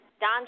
Don